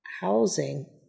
housing